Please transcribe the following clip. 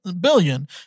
billion